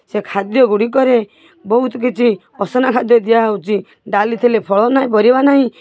ସେ ଖାଦ୍ୟ ଗୁଡ଼ିକରେ ବହୁତ କିଛି ଅସନା ଖାଦ୍ୟ ଦିଆହେଉଛି ଡାଲି ଥିଲେ ଫଳ ନାହିଁ ପରିବା ନାହିଁ